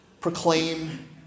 proclaim